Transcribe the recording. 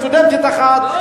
סטודנטית אחת.